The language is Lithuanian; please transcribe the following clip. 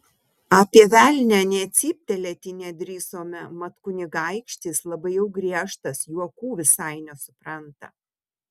apie velnią nė cyptelėti nedrįsome mat kunigaikštis labai jau griežtas juokų visai nesupranta